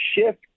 shift